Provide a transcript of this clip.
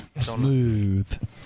Smooth